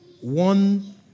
one